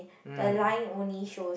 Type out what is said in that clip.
the line only shows